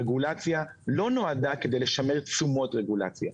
רגולציה לא נועדה כדי לשמר תשומות רגולציה,